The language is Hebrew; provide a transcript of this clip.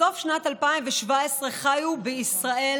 בסוף שנת 2017 חיו בישראל